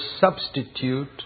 substitute